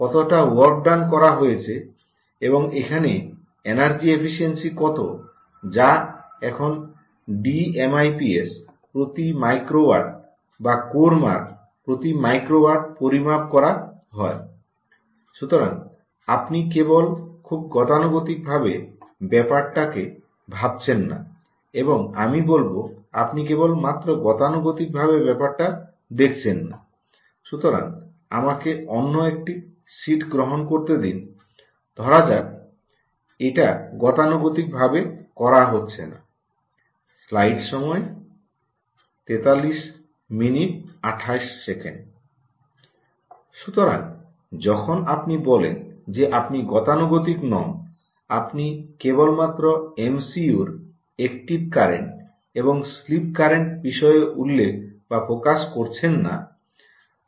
সুতরাং যখন আপনি বলেন যে আপনি গতানুগতিক নন আপনি কেবলমাত্র এমসিইউএর অ্যাক্টিভ কারেন্ট এবং স্লিপ কারেন্ট বিষয়ে উল্লেখ বা ফোকাস করছেন না